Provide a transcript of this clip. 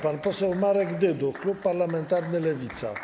Pan poseł Marek Dyduch, klub parlamentarny Lewica.